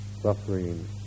suffering